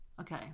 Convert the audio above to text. okay